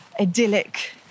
idyllic